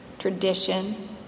tradition